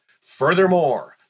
Furthermore